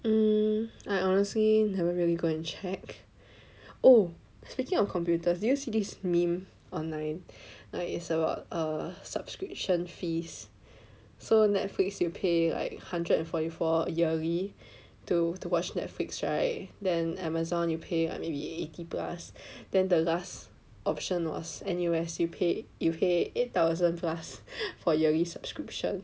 um I honestly never really go and check oh speaking of computers did you see this meme online like it's about uh subscription fees so Netflix you pay like hundred and forty four yearly to to watch Netflix right then Amazon you pay maybe eighty plus then the last option was N_U_S you pay you pay eight thousand plus for yearly subscription